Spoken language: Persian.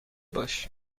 باش